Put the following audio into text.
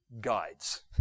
guides